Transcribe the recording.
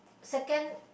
second